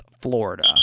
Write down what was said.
Florida